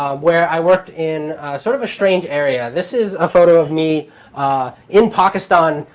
where i worked in sort of a strange area. this is a photo of me in pakistan,